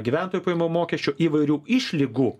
gyventojų pajamų mokesčio įvairių išlygų